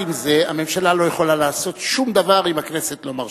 לא לפקידים שמחליטים.